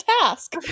task